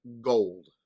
gold